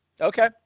Okay